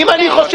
אם אני חושב.